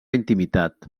intimitat